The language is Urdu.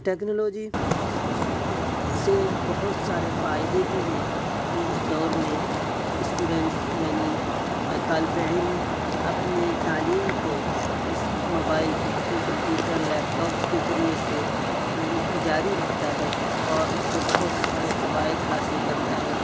ٹیکنالوجی سے بہت سارے فائدے بھی ہیں ابھی اس دور میں اسٹوڈنٹس یعنی طالب علم اپنے تعلیم کو اس mobile phone computer laptops کے ذریعے سے جاری رکھتا ہے اور اس سے بہت سارے فوائد حاصل کرتا ہے